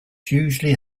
usually